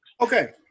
Okay